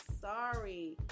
sorry